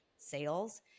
sales